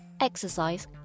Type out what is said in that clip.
exercise